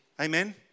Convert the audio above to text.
Amen